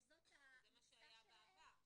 שזאת המכסה שלהם --- שזה מה שהיה בעבר,